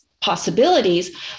possibilities